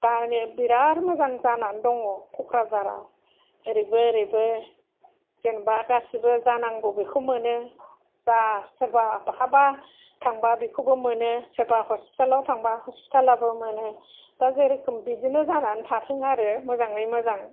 दा मानि बिराद मोजां जानानै दङ क'क्रझारा ओरैबो ओरैबो जेनोबा गासिबो जानांगौ बेखौ मोनो जा सोरबा बाहाबा थांबा बेखौबो मोनो सोरबा हस्पिटालाव थांबा हस्पिटालाबो मोनो दा जेरोखोम बिदिनो जानानै थाथों आरो मोजाङै मोजां